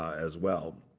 as well.